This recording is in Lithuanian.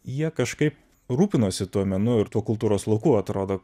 jie kažkaip rūpinosi tuo menu ir tuo kultūros lauku atrodo